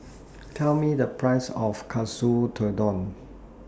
Tell Me The Price of Katsu Tendon